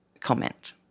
comment